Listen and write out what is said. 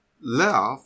left